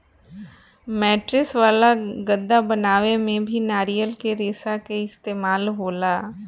mattress वाला गद्दा बनावे में भी नारियल के रेशा के इस्तेमाल होला